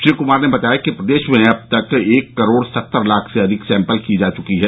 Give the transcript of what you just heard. श्री कुमार ने बताया कि प्रदेश में अब तक एक करोड़ सत्तर लाख से अधिक सैम्पल की जा चुकी है